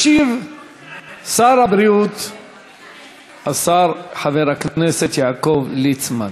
ישיב שר הבריאות חבר הכנסת יעקב ליצמן.